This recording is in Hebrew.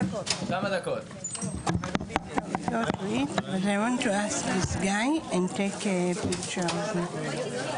(הישיבה נפסקה בשעה 13:44 ונתחדשה בשעה 14:00.)